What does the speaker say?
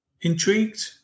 intrigued